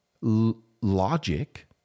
logic